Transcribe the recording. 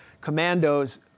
commandos